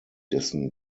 dessen